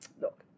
look